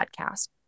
podcast